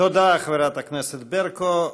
תודה, חברת הכנסת ברקו.